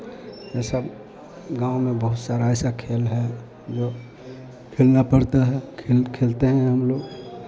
ये सब गाँव में बहुत सारा ऐसा खेल है जो खेलना पड़ता है खेल खेलते हैं हम लोग